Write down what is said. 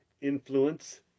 influence